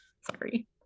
Sorry